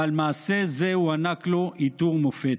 ועל מעשה זה הוענק לו עיטור מופת.